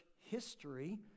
history